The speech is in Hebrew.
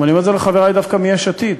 ואני אומר את זה דווקא לחברי מיש עתיד,